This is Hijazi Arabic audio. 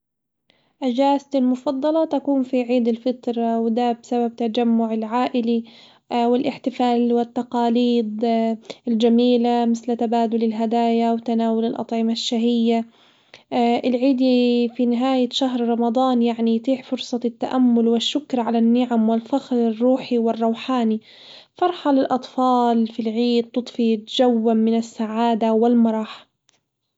أجازتي المفضلة تكون في عيد الفطر، ودا بسبب تجمع العائلي والاحتفال والتقاليد الجميلة مثل تبادل الهدايا وتناول الأطعمة الشهية، العيد في نهاية شهر رمضان يعني يتيح فرصة التأمل والشكر على النعم والفخر الروحي والروحاني, فرحة للاطفال في العيد تضفي جوًا من السعادة والمرح.